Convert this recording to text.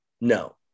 No